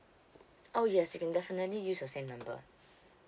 oh yes you can definitely use the same number